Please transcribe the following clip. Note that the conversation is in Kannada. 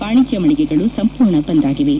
ವಾಣಿಜ್ಯ ಮಳಿಗೆಗಳು ಸಂಪೂರ್ಣ ಬಂದ್ ಆಗಿವೆ